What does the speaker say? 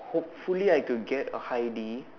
hopefully I could get a high D